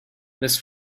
this